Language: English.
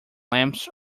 lamps